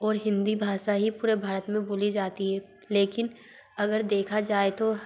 और हिन्दी भाषा ही पूरे भारत मे बोली जाती है लेकिन अगर देखा जाए तो